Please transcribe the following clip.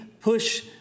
push